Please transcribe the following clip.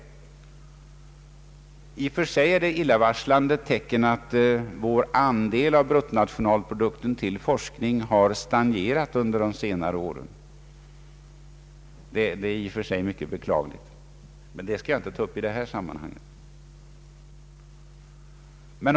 I och för sig är det ett illavarslande tecken att vår andel av bruttonationalprodukten till forskning har stagnerat under de senare åren. Det är i och för sig mycket beklagligt, men det skall jag inte ta upp i detta sammanhang.